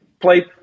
play